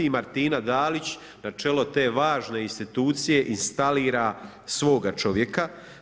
I Martina Dalić, načelo te važne institucije, instalira svoga čovjeka.